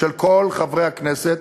של כל חברי הכנסת,